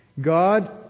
God